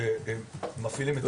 שהם מפעילים את המוקד.